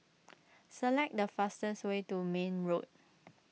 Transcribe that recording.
select the fastest way to Mayne Road